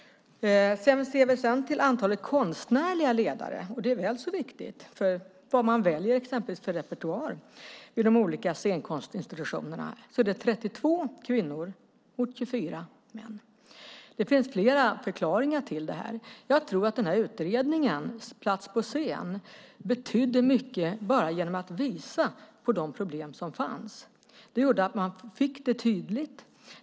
Ser vi till antalet konstnärliga ledare, och det är väl så viktigt för vad man exempelvis väljer för repertoar vid de olika scenkonstinstitutionerna, är det 32 kvinnor mot 24 män. Det finns flera förklaringar till det här. Jag tror att utredningen Plats på scen betydde mycket bara genom att visa på de problem som fanns. Det gjorde att man fick det tydligt.